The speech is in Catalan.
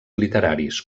literaris